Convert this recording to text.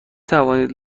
توانید